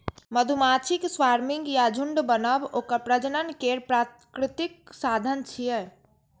मधुमाछीक स्वार्मिंग या झुंड बनब ओकर प्रजनन केर प्राकृतिक साधन छियै